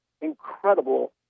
incredible